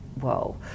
whoa